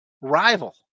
rival